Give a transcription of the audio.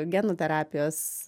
genų terapijos